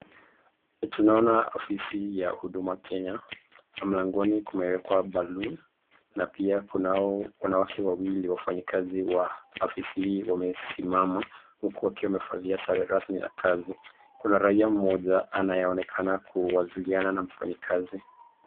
Tunaona afisi ya huduma Kenya ambayo mlangoni kumewekwa baluni na pia kunao wanawake wawili wafanyakazi wa afisi hii wamesimama huku wakiwa wamevalia sare rasmi ya kazi. Kuna raiya mmoja anayeonekana kuwasiliana na mfanyakazi.